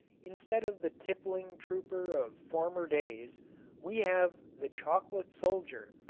instead of the tippling trooper of former days we have the chocolate soldier.